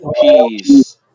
peace